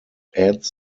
adds